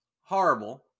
horrible